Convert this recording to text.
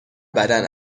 بدن